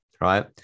right